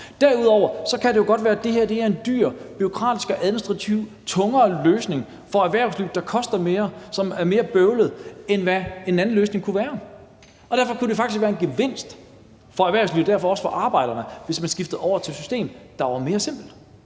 Derudover kan det jo godt være, at det her er en dyr og bureaukratisk og administrativt tungere løsning for erhvervslivet, der koster mere og er mere bøvlet, end hvad en anden løsning kunne gøre, end hvad en anden løsning kunne være, og derfor kunne det faktisk være en gevinst for erhvervslivet og derfor også for arbejderne, hvis man skiftede over til et system, der var mere simpelt.